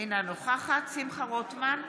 אינה נוכחת שמחה רוטמן,